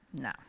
No